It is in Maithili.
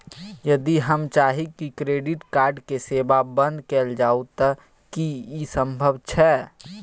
यदि हम चाही की क्रेडिट कार्ड के सेवा बंद कैल जाऊ त की इ संभव छै?